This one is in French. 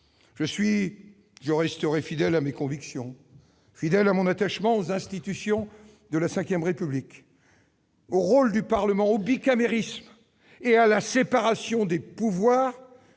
Je suis et je resterai fidèle à mes convictions, fidèle à mon attachement aux institutions de la V République, au rôle du Parlement, au bicamérisme et à la séparation des pouvoirs,